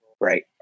right